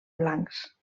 blancs